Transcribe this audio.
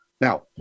Now